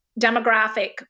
demographic